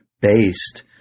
based